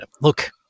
look